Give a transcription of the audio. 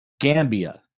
Gambia